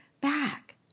back